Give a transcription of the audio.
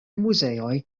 muzeoj